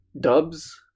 dubs